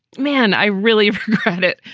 man, i really get it.